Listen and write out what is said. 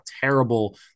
terrible